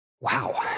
Wow